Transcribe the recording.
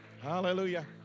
Hallelujah